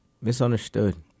Misunderstood